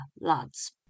lads